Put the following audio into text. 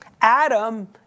Adam